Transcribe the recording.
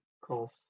cause